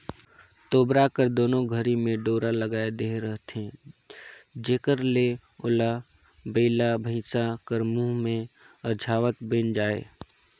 तोबरा कर दुनो घरी मे डोरा लगाए देहे रहथे जेकर ले ओला बइला भइसा कर मुंह मे अरझावत बइन जाए